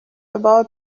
about